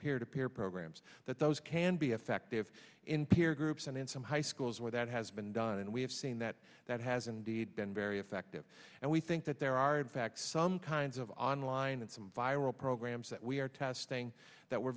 peer to peer programs that those can be effective in peer groups and in some high schools where that has been done and we have seen that that has indeed been very effective and we think that there are in fact some kinds of online and some viral programs that we are testing that we're